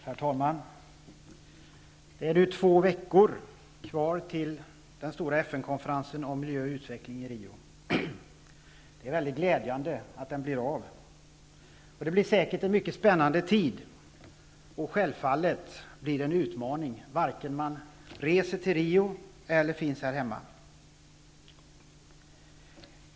Herr talman! Det är nu två veckor kvar till den stora FN-konferensen i Rio om miljö och utveckling. Det är väldigt glädjande att den blir av. Det blir säkert en mycket spännande tid. Självfallet blir det en utmaning vare sig man reser till Rio eller finns här hemma.